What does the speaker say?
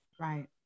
Right